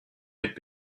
had